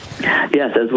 Yes